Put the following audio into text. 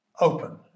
open